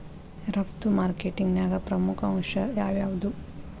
ರಫ್ತು ಮಾರ್ಕೆಟಿಂಗ್ನ್ಯಾಗ ಪ್ರಮುಖ ಅಂಶ ಯಾವ್ಯಾವ್ದು?